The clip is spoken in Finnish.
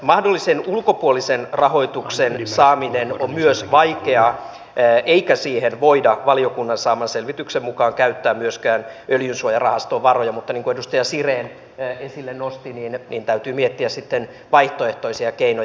mahdollisen ulkopuolisen rahoituksen saaminen on myös vaikeaa eikä siihen voida valiokunnan saaman selvityksen mukaan käyttää myöskään öljysuojarahaston varoja mutta niin kuin edustaja siren esille nosti täytyy miettiä sitten vaihtoehtoisia keinoja